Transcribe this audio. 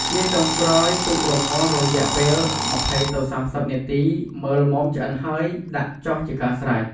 ជាចុងក្រោយ ទុករម្ងាស់រយៈពេល ២០ទៅ៣០ នាទី មើលល្មមឆ្អិន ហើយដាក់ចុះជាការស្រេច។